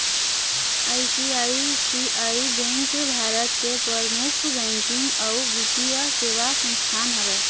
ICICI bank Bharat के परमुख banking अउ बित्तीय सेवा संस्थान हवय